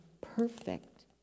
perfect